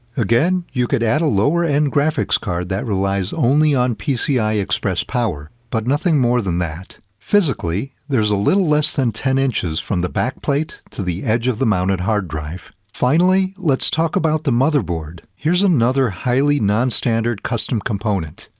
again, you could add a lower-end graphics card that relies only on pci express power, but nothing more than that. physically, there's a little less than ten from the backplate to the edge of the mounted hard drive. finally, let's talk about the motherboard. here's another highly non-standard, custom component.